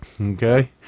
Okay